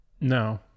No